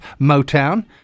Motown